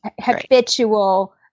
habitual